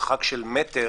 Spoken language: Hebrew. במרחק של מטר,